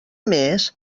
més